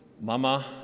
Mama